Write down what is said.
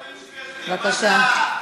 בבקשה,